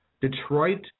Detroit